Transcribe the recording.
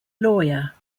lawyer